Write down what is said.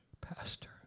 pastor